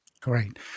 Great